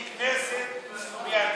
היא כנסת סלומינסקי.